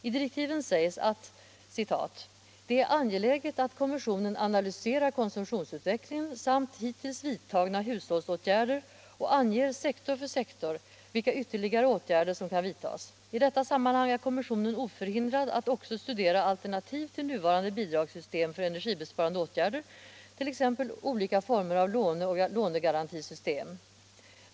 I direktiven sägs att ”det är angeläget att kommissionen analyserar konsumtionsutvecklingen samt hittills vidtagna hushållningsåtgärder och anger sektor för sektor, vilka ytterligare åtgärder som kan vidtas. I detta sammanhang är kommissionen oförhindrad att också studera alternativ till nuvarande bidragssystem för energibesparande åtgärder, t.ex. olika former av låneoch lånegarantisystem.